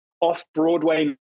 off-Broadway